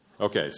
Okay